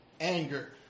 anger